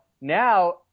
now